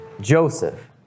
Joseph